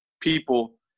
people